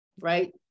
right